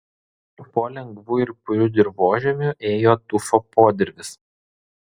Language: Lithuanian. po lengvu ir puriu dirvožemiu ėjo tufo podirvis